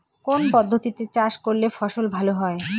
কোন পদ্ধতিতে চাষ করলে ফসল ভালো হয়?